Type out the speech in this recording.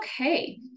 okay